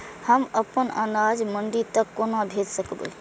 हम अपन अनाज मंडी तक कोना भेज सकबै?